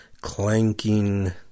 Clanking